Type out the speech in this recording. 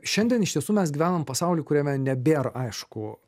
šiandien iš tiesų mes gyvenam pasauly kuriame nebėr aišku